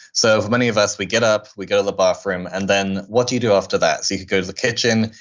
so for many of us, we get up, we go to the bathroom, and then what do you do after that? you could go to the kitchen,